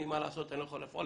אני לא יכול לפעול.